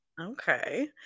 okay